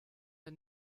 der